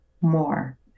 more